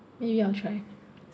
maybe I'll try